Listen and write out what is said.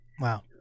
wow